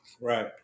Right